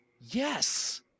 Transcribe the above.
yes